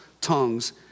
tongues